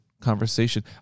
conversation